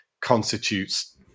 constitutes